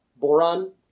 Boron